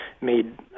made